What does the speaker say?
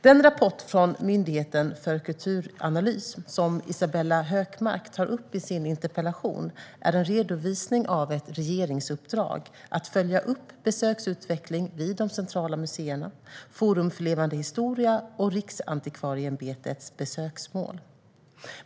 Den rapport från Myndigheten för kulturanalys som Isabella Hökmark tar upp i sin interpellation är en redovisning av ett regeringsuppdrag att följa upp besöksutveckling vid de centrala museerna, Forum för levande historia och Riksantikvarieämbetets besöksmål.